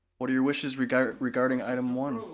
what are your wishes regarding regarding items one